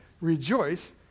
rejoice